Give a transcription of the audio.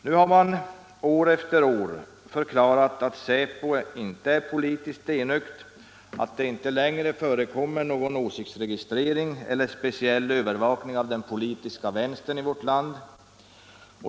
Nu har man år efter år förklarat att säpo inte är politiskt enögt, att det inte längre förekommer någon åsiktsregistrering eller speciell övervakning av den politiska vänstern i vårt land.